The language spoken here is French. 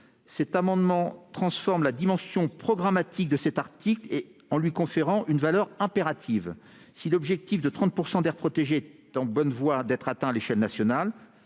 n° 1434 vise à transformer la dimension programmatique de cet article en lui conférant une valeur impérative. Si l'objectif de 30 % d'aires protégées est en bonne voie d'être atteint à l'échelle nationale-